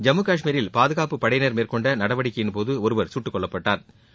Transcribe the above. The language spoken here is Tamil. ஜம்மு காஷ்மீரில் பாதுகாப்புப் படையினர் மேற்கொண்ட நடவடிக்கையின் போது ஒருவர் சுட்டுக் கொல்லப்பட்டாள்